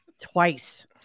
Twice